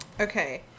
Okay